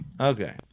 Okay